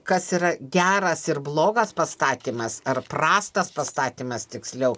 kas yra geras ir blogas pastatymas ar prastas pastatymas tiksliau